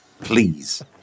Please